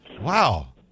Wow